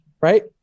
right